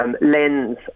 lens